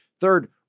Third